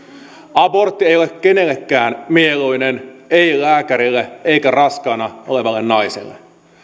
abortti ei ole kenellekään mieluinen ei lääkärille eikä raskaana olevalle naiselle